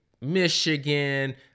Michigan